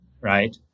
right